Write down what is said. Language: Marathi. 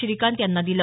श्रीकांत यांना दिलं